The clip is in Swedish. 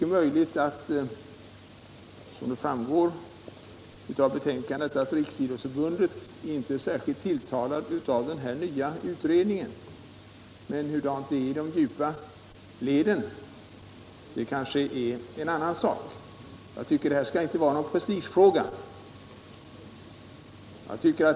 Som framgår av betänkandet är Riksidrottsförbundet inte särskilt tilltalat av tanken på en ny utredning, men hurudant det är i de djupa leden kanske är en annan sak. Jag tycker att det här inte får vara någon prestigefråga.